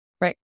Right